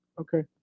Okay